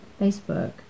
Facebook